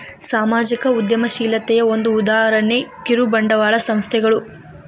ಸಾಮಾಜಿಕ ಉದ್ಯಮಶೇಲತೆಯ ಒಂದ ಉದಾಹರಣೆ ಕಿರುಬಂಡವಾಳ ಸಂಸ್ಥೆಗಳು